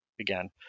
again